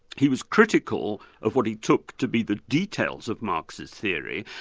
he was critical of what he took to be the details of marxist theory,